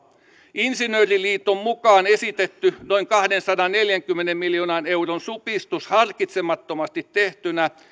insinööriliiton mukaan esitetty noin kahdensadanneljänkymmenen miljoonan euron supistus harkitsemattomasti tehtynä